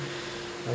like